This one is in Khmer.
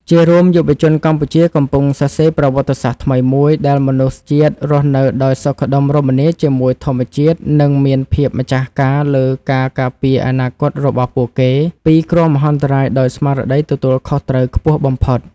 ជារួម យុវជនកម្ពុជាកំពុងសរសេរប្រវត្តិសាស្ត្រថ្មីមួយ ដែលមនុស្សជាតិរស់នៅដោយសុខដុមរមនាជាមួយធម្មជាតិ និងមានភាពម្ចាស់ការលើការការពារអនាគតរបស់ពួកគេពីគ្រោះមហន្តរាយដោយស្មារតីទទួលខុសត្រូវខ្ពស់បំផុត។